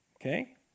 Okay